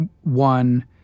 One